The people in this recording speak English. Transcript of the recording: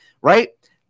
right